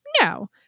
No